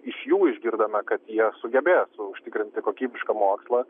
iš jų išgirdome kad jie sugebės užtikrinti kokybišką mokslą